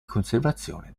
conservazione